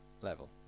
level